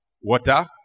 water